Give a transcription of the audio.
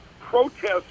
protests